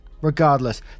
Regardless